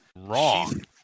wrong